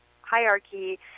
hierarchy